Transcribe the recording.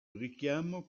richiamo